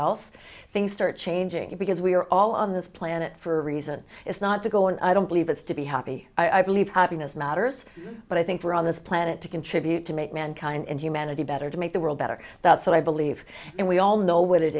else things start changing because we are all on this planet for a reason it's not to go on i don't believe it's to be happy i believe happiness matters but i think we're on this planet to contribute to make mankind and humanity better to make the world better that's what i believe and we all know what it